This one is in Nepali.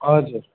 हजुर